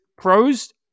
pros